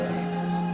Jesus